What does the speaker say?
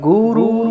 Guru